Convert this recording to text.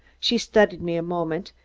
she studied me a moment,